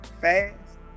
Fast